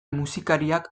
musikariak